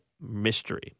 mystery